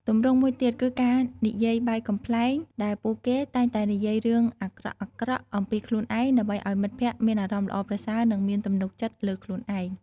ទម្រង់មួយទៀតគឺការនិយាយបែបកំប្លែងដែលពួកគេតែងតែនិយាយរឿងអាក្រក់ៗអំពីខ្លួនឯង ដើម្បីឱ្យមិត្តភក្តិមានអារម្មណ៍ល្អប្រសើរនិងមានទំនុកចិត្តលើខ្លួនឯង។